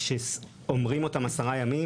כשאומרים אותם כ-10 ימים,